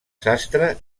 sastre